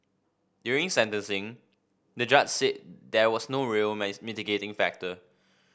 during sentencing the judge said there was no real mitigating factor